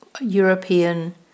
European